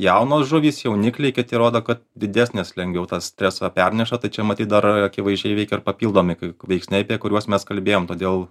jaunos žuvys jaunikliai kiti rodo kad didesnės lengviau tą stresą perneša tai čia matyt dar akivaizdžiai veikia ir papildomi veiksniai apie kuriuos mes kalbėjom todėl